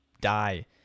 die